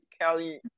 kelly